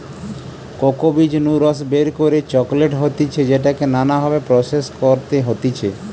cocoa বীজ নু রস বের করে চকলেট হতিছে যেটাকে নানা ভাবে প্রসেস করতে হতিছে